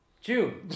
June